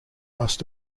must